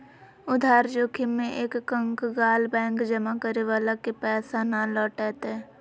उधार जोखिम में एक कंकगाल बैंक जमा करे वाला के पैसा ना लौटय तय